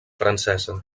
francesa